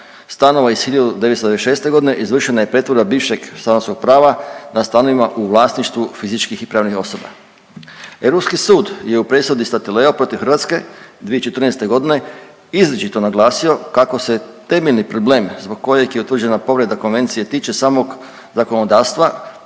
stanova iz 1996.g. izvršena je pretvorba bivšeg stanarskog prava na stanovima u vlasništvu fizičkih i pravnih osoba. Europski sud je u presudi Statileo protiv Hrvatske 2014.g. izričito naglasio kako se temeljni problem zbog kojeg je utvrđena povreda konvencije tiče samog zakonodavstva,